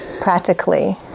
practically